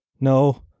No